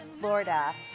Florida